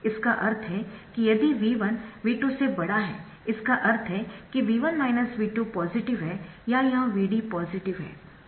इसका अर्थ है कि यदि V1 V2 इसका अर्थ है कि यह V1 V2 पॉजिटिव है या यह Vd पॉजिटिव है